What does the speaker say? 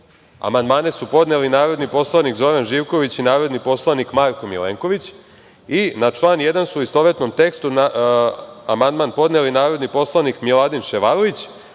amandmane su podneli narodni poslanik Zoran Živković i narodni poslanik Marko Milenković i na član 1. su, u istovetnom tekstu, amandman podneli narodni poslanik Miladin Ševarlić,